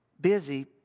busy